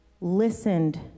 listened